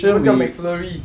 没有叫 mcflurry